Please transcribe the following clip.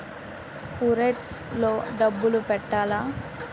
Purse లో డబ్బులు పెట్టలా?